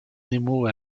nemo